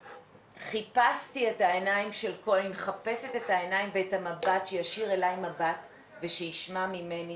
וחיפשתי את העיניים ואת המבט שיישיר אלי מבט וישמע ממני,